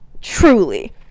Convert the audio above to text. Truly